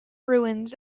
ruins